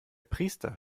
priester